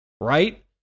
right